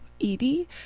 Edie